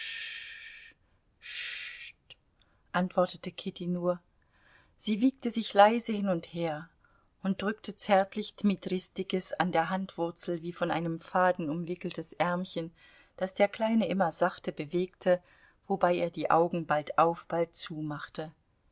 antwortete kitty nur sie wiegte sich leise hin und her und drückte zärtlich dmitris dickes an der handwurzel wie von einem faden umwickeltes ärmchen das der kleine immer sachte bewegte wobei er die augen bald auf bald zu